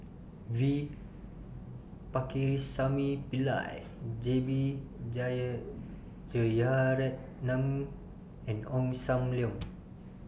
V Pakirisamy Pillai J B Jeyaretnam and Ong SAM Leong